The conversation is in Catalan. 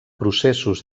processos